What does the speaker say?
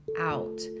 out